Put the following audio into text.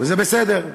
וזה בסדר.